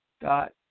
dot